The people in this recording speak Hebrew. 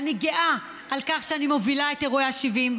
אני גאה על כך שאני מובילה את אירועי ה-70.